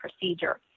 procedure